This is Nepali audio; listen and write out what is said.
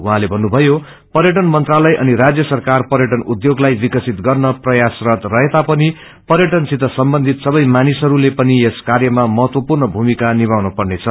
उहाँले भन्नुभयो पर्यटन मंत्रालय अनि राष्य सरकार पर्यटन उध्यागलाई विकसित गर्न प्रयासरत छ पर्यटन सित सम्बन्धित सबै मानिसहस्ले पनि यस काम्रमा महतवपूर्ण पूमिका निभाउन पर्नेछ